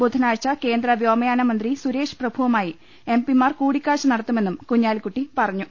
ബുധനാഴ്ച കേന്ദ്ര വ്യോമയാനമന്ത്രി സുരേഷ്പ്രഭുവുമായി എംപിമാർ കൂടിക്കാഴ്ച നടത്തുമെന്നും കുഞ്ഞാലിക്കുട്ടി പറഞ്ഞു